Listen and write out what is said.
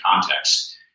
context